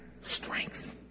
strength